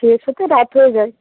শেষ হতে রাত হয়ে যায়